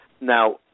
Now